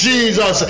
Jesus